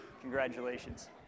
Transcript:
Congratulations